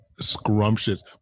scrumptious